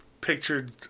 pictured